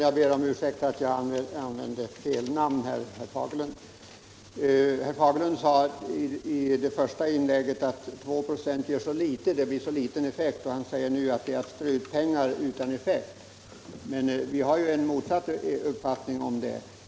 Herr talman! Herr Fagerlund sade i sitt första inlägg att 2 96 ger så liten effekt. Nu säger han att vårt förslag innebär att man strör ut pengar utan effekt. Vi har motsatt uppfattning om det.